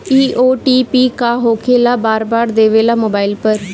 इ ओ.टी.पी का होकेला बार बार देवेला मोबाइल पर?